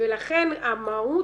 ולכן כל המהות